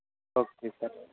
okay sir